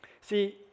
See